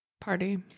Party